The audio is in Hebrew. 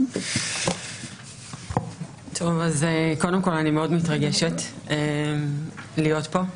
אני מאוד מתרגשת להיות פה.